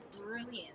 brilliant